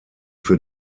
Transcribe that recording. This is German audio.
für